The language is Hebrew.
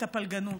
את הפלגנות.